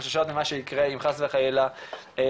וחוששות ממה שיקרה אם חס וחלילה מישהו